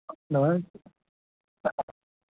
نہ حظ